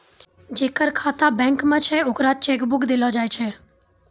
जेकर खाता बैंक मे छै ओकरा चेक बुक देलो जाय छै